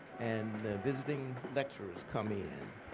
and the visiting lecturers come in.